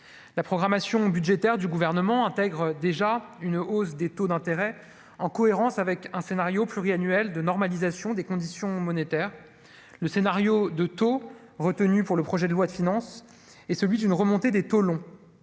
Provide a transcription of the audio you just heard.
la programmation budgétaire du gouvernement intègre déjà une hausse des taux d'intérêt en cohérence avec un scénario pluriannuelle de normalisation des conditions monétaires, le scénario de taux retenu pour le projet de loi de finances et celui d'une remontée des taux longs